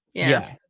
yeah.